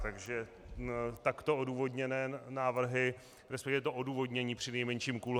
Takže takto odůvodněné návrhy, to odůvodnění přinejmenším kulhá.